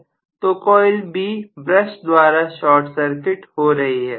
तो coil B brush द्वारा short circuit हो रही है